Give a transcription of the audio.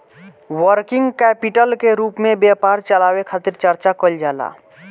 working capital के रूप में व्यापार चलावे खातिर चर्चा कईल जाला